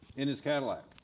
in his cadillac.